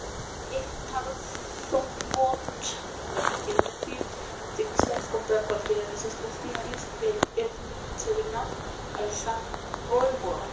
lo que quiere decir si gustáis comprar cualquiera de esos tres diarios el evening telegram el